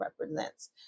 represents